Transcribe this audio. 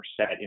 set